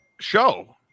show